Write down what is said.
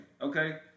okay